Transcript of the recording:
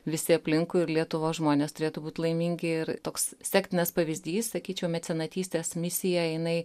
visi aplinkui ir lietuvos žmonės turėtų būt laimingi ir toks sektinas pavyzdys sakyčiau mecenatystės misija jinai